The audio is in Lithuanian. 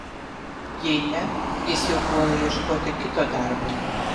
jei ne jis jau puola ieškoti kito darbo